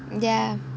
ya